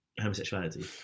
homosexuality